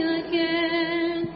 again